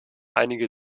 einige